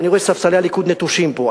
אני רואה שספסלי הליכוד נטושים פה.